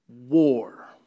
war